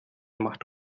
macht